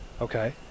okay